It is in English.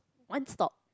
one stop